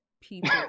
people